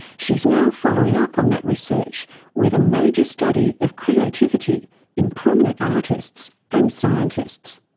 she's now following up on that research with a major study of creativity in prominent artists and scientists.